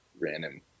random